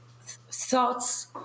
thoughts